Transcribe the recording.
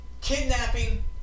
kidnapping